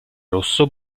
rosso